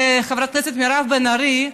חברת הכנסת מירב בן ארי,